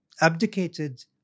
abdicated